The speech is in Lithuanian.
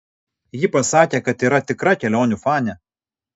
ji pasakė kad yra tikra kelionių fanė